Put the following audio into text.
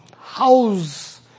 house